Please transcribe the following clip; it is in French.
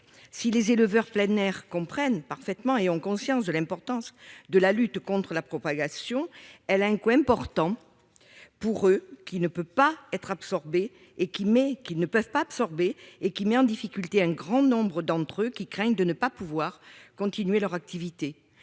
si les éleveurs plein air comprennent parfaitement et ont conscience de l'importance de la lutte contre la propagation, elle a un coût important pour eux, qui ne peut pas être absorbé et qui, mais qui ne peuvent pas absorber et qui met en difficulté un grand nombre d'entre eux, qui craignent de ne pas pouvoir continuer leur activité,